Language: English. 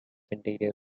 interior